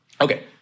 Okay